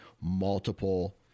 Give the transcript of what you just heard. multiple